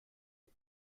ihr